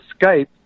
Skype